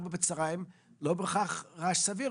משרד הפנים לא בהכרח יתנגד,